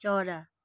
चरा